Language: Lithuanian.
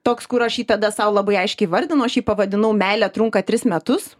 toks kur aš jį tada sau labai aiškiai įvardinau aš jį pavadinau meilė trunka tris metus